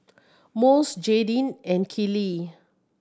Mose Jadyn and Keely